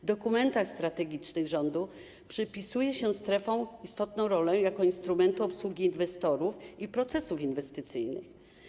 W dokumentach strategicznych rządu przypisuje się strefom istotną rolę jako instrumentu obsługi inwestorów i procesów inwestycyjnych.